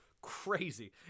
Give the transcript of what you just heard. Crazy